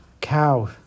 cow